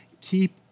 Keep